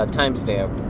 timestamp